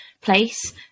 place